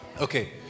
Okay